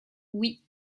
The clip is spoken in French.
oui